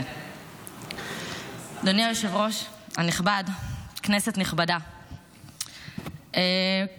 אדוני היושב-ראש הנכבד, כנסת נכבדה, כמדומני,